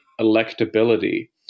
electability